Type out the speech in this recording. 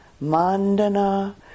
Mandana